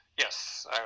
Yes